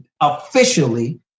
officially